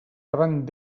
davant